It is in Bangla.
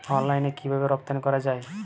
অনলাইনে কিভাবে রপ্তানি করা যায়?